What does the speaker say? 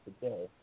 today